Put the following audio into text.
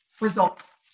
results